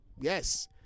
Yes